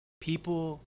people